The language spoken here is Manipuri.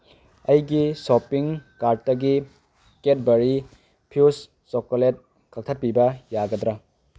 ꯑꯩꯒꯤ ꯁꯣꯄꯤꯡ ꯀꯥꯔꯠꯇꯒꯤ ꯀꯦꯠꯕꯔꯤ ꯐꯤꯎꯁ ꯆꯣꯀꯂꯦꯠ ꯀꯛꯊꯠꯄꯤꯕ ꯌꯥꯒꯗ꯭ꯔ